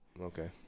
okay